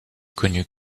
connu